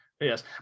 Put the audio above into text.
yes